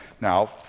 Now